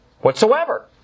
whatsoever